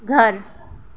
گھر